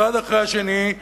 אחד אחרי השני,